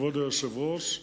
כבוד היושב-ראש,